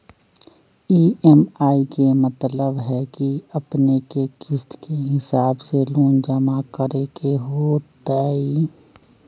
EMI के मतलब है कि अपने के किस्त के हिसाब से लोन जमा करे के होतेई?